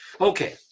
okay